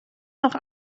noch